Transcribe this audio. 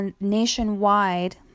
Nationwide